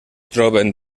troben